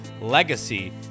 legacy